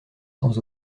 sans